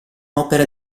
opera